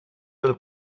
del